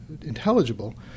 intelligible